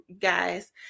guys